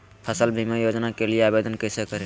फसल बीमा योजना के लिए आवेदन कैसे करें?